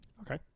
Okay